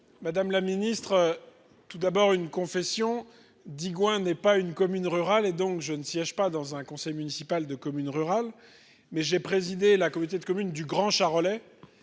madame la ministre, tout d'abord une confession Digoin n'est pas une commune rurale et donc je ne siège pas dans un conseil municipal de communes rurales, mais j'ai présidé la communauté de communes du Grand charolais